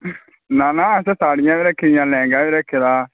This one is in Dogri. ना ना असें साड़ियां बी रक्खी दियां लैहंगा बी रक्खे दा